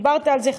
דיברת על זה,